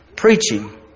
preaching